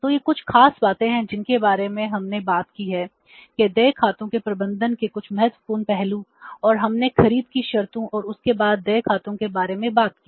तो ये कुछ खास बातें हैं जिनके बारे में हमने बात की है कि देय खातों के प्रबंधन के कुछ महत्वपूर्ण पहलू और हमने खरीद की शर्तों और उसके बाद देय खातों के बारे में बात की